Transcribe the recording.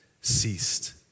ceased